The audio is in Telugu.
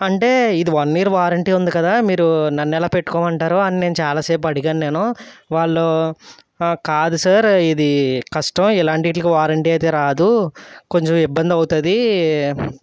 అంటే ఇది వన్ ఇయర్ వారంటీ ఉంది కదా మీరు నన్ను ఎలా పెట్టుకోమంటారు అని నేను చాలాసేపు అడిగాను నేను వాళ్ళు కాదు సార్ ఇది కష్టం ఇలాంటి వాటికి వారంటీ అయితే రాదు కొంచెం ఇబ్బంది అవుతుంది